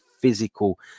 physical